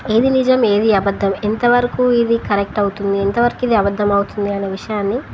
ఏది నిజం ఏది అబద్దం ఎంతవరకు ఇది కరెక్ట్ అవుతుంది ఎంతవరకు ఇది అబద్దం అవుతుంది అని విషయాన్ని